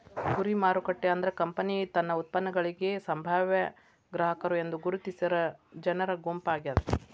ಗುರಿ ಮಾರುಕಟ್ಟೆ ಅಂದ್ರ ಕಂಪನಿ ತನ್ನ ಉತ್ಪನ್ನಗಳಿಗಿ ಸಂಭಾವ್ಯ ಗ್ರಾಹಕರು ಎಂದು ಗುರುತಿಸಿರ ಜನರ ಗುಂಪಾಗ್ಯಾದ